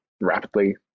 rapidly